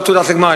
לא תעודת הגמר,